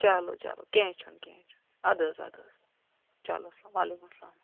چلو چلو کیٚنٛہہ چھُنہٕ کیٚنٛہہ چھُنہٕ ادٕ حظ ادٕ حظ چلو وعلیکُم السلام